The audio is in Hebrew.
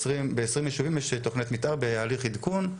ב-20 יישובים יש תוכניות מתאר בהליך עדכון,